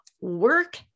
work